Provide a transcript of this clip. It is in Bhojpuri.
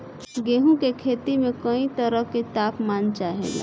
गेहू की खेती में कयी तरह के ताप मान चाहे ला